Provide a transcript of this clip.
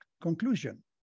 conclusion